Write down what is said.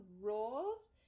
roles